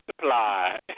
supply